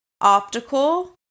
optical